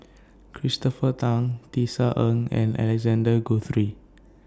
Christopher Tan Tisa Ng and Alexander Guthrie